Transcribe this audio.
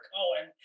Cohen